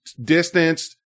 distanced